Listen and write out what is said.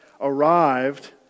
arrived